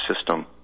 system